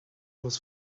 was